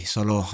Solo